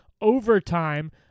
overtime